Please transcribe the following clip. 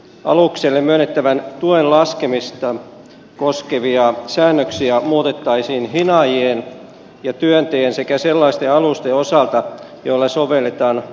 alukselle myönnettävän tuen laskemista koskevia säännöksiä muutettaisiin hinaajien ja työntäjien sekä sellaisten alusten osalta joihin sovelletaan aikarahtaussopimusta